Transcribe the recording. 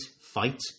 fight